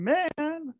Man